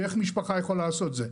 איך משפחה יכולה לעשות את זה?